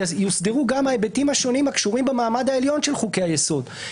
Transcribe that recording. יוסדרו גם ההיבטים השונים הקשורים במעמד העליון של חוקי היסוד,